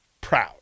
proud